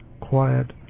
quiet